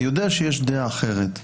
אני יודע שיש דעה אחרת,